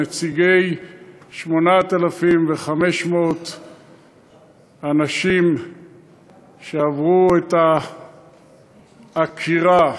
נציגי 8,500 האנשים שעברו את העקירה.